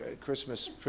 Christmas